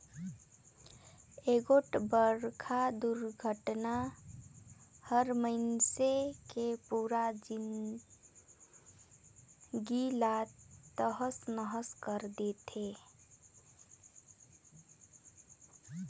एगोठ बड़खा दुरघटना हर मइनसे के पुरा जिनगी ला तहस नहस कइर देथे